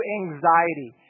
anxiety